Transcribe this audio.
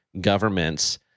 governments